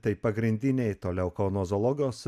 tai pagrindiniai toliau kauno zoologijos